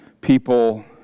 people